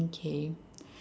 okay